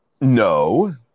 No